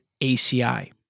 ACI